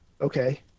Okay